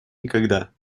никогда